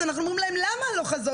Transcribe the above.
אז אנחנו אומרים להם "למה הלוך חזור?